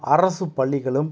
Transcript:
அரசு பள்ளிகளும்